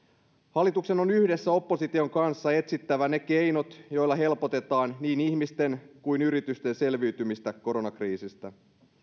hallituksen on yhdessä opposition kanssa etsittävä ne keinot joilla helpotetaan niin ihmisten kuin yritysten selviytymistä koronakriisistä